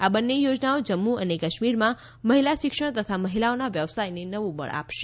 આ બંને યોજનાઓ જમ્મુ અને કાશ્મીરમાં મહિલા શિક્ષણ તથા મહિલાઓના વ્યવસાયને નવું બળ આપશે